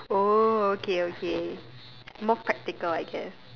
oh okay okay more practical I guess